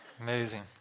Amazing